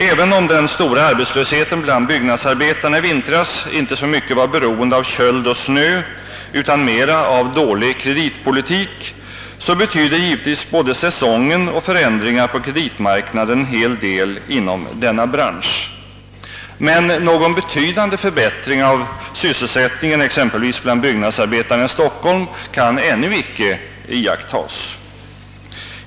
Även om den stora arbetslösheten bland byggnadsarbetarna i vintras inte så mycket berodde på köld och snö utan mera på dålig kreditpolitik, betyder givetvis både säsongen och förändringar på kreditmarknaden en hel del inom denna bransch. Men någon betydande förbättring av sysselsättningen exempelvis bland byggnadsarbetare i Stockholm kan ännu inte iakttagas.